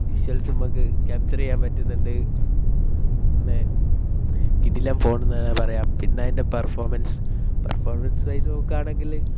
visuals നമുക്ക് capture ചെയ്യാൻ പറ്റുന്നുണ്ട് പിന്നെ കിടിലം ഫോണെന്ന് വേണമെങ്കിൽ പറയാം പിന്നെ അതിൻ്റെ പെർഫോമൻസ് പെർഫോമൻസ് വച്ച് നോക്കുകയാണെങ്കിൽ